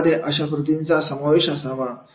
खेळामध्ये अशा कृतींचा समावेश असावा